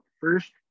first